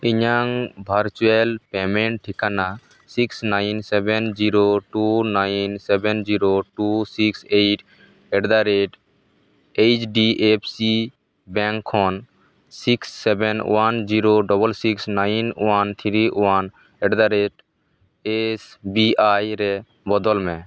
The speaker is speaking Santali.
ᱤᱧᱟᱹᱜ ᱵᱷᱟᱨᱪᱩᱣᱟᱞ ᱯᱮᱢᱮᱱᱴ ᱴᱷᱤᱠᱟᱹᱱᱟ six nine seven zero two nine seven zero two six eight at the rate H D F C bank ᱠᱷᱚᱱ six seven one zero double six nine one three one at the rate S B I ᱨᱮ ᱵᱚᱫᱚᱞᱢᱮ